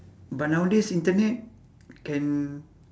but nowadays internet can